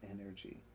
energy